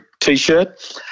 t-shirt